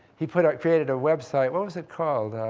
he put out, created a website was it called?